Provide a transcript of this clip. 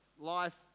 life